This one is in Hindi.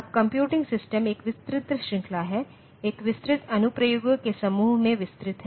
अब कंप्यूटिंग सिस्टम एक विस्तृत श्रृंखला है एक विस्तृत अनुप्रयोगों के समूह में विस्तृत है